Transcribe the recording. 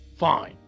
Fine